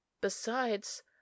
Besides